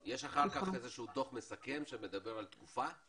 יש אחר כך דו"ח מסכם שמדבר על תקופה?